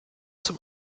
zum